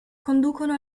conducono